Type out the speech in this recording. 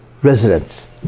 residents